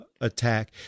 attack